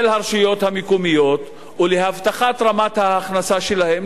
הרשויות המקומיות ולהבטחת רמת ההכנסה שלהן,